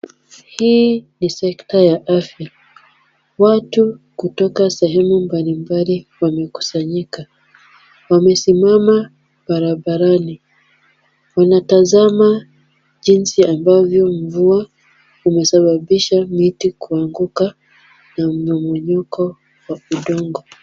Hii ni sekta ya afya. Watu kutoka sehemu mbalimbali wamekusanyika. Wamesimama barabarani, wanatazama jinsi ambavyo mvua umesababisha miti kuanguka na mmomonyoko wa udongo.